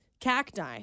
cacti